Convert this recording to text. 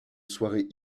soirée